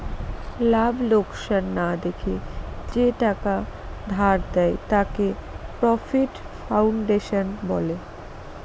লাভ লোকসান না দেখে যে টাকা ধার দেয়, তাকে নন প্রফিট ফাউন্ডেশন বলে